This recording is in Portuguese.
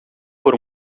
por